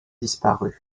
disparus